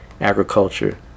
agriculture